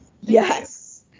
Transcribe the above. Yes